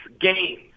games